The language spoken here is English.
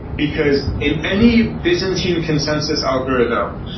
because in any byzantine consensus algorithm,